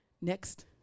Next